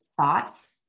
thoughts